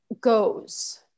goes